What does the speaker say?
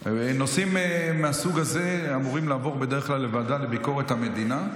אמורים לעבור בדרך כלל לוועדה לביקורת המדינה.